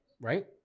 right